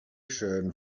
schön